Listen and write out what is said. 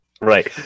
Right